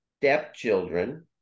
stepchildren